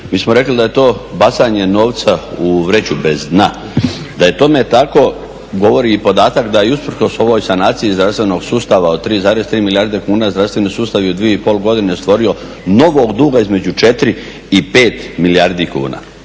Mi smo rekli da je to bacanje novca u vreću bez dna. Da je tome tako govori i podatak da je usprkos ovoj sanaciji zdravstvenog sustava od 3,3, milijarde kuna zdravstveni sustav je u 2,5 godine stvorio novog duga između 4 i 5 milijardi kuna.